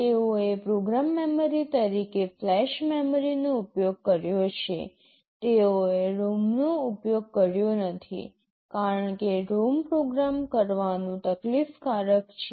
તેઓએ program memory તરીકે flash મેમરીનો ઉપયોગ કર્યો છે તેઓએ ROM નો ઉપયોગ કર્યો નથી કારણ કે ROM પ્રોગ્રામ કરવાનું તકલીફકારક છે